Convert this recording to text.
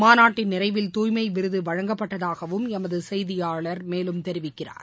மாநாட்டின் நிறைவில் தூய்மை விருது வழங்கப்பட்டதாகவும் எமது செய்தியாளர் மேலும் தெரிவிக்கிறார்